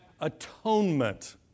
atonement